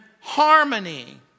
harmony